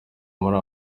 muri